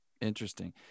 Interesting